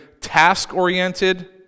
task-oriented